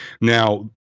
now